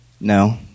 No